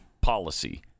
policy